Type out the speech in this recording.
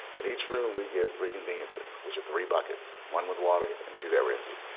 in each room, we give three conveniences, which are three buckets one with water, and two that were empty.